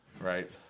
right